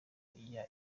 irya